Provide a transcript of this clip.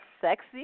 sexy